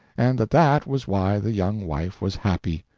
and that that was why the young wife was happy.